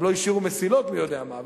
גם לא השאירו מסילות מי-יודע-מה.